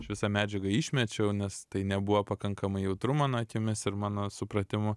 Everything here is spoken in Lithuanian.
aš visą medžiagą išmečiau nes tai nebuvo pakankamai jautru mano akimis ir mano supratimu